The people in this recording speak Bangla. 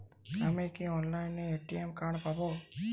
আমি কি অনলাইনে এ.টি.এম কার্ড পাব?